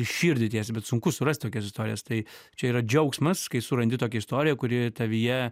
į širdį tiesiai bet sunku surast tokias istorijas tai čia yra džiaugsmas kai surandi tokią istoriją kuri tavyje